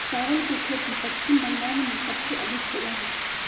चावल के खेती पश्चिम बंगाल में सबसे अधिक होबा हई